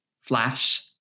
Flash